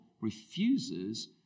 refuses